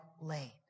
lane